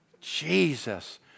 Jesus